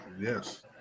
Yes